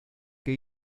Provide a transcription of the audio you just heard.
que